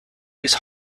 his